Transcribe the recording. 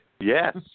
yes